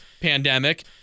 pandemic